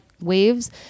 waves